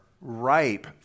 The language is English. ripe